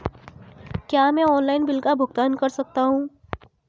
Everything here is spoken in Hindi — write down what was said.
क्या मैं ऑनलाइन बिल का भुगतान कर सकता हूँ?